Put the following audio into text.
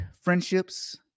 friendships